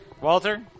Walter